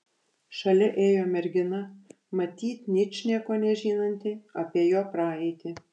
šalia ėjo mergina matyt ničnieko nežinanti apie jo praeitį